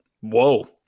whoa